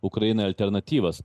ukrainai alternatyvas